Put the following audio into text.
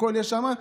הכול יש שם.